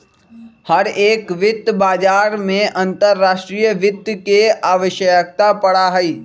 हर एक वित्त बाजार में अंतर्राष्ट्रीय वित्त के आवश्यकता पड़ा हई